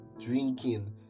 drinking